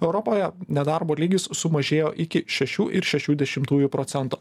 europoje nedarbo lygis sumažėjo iki šešių ir šešių dešimtųjų procento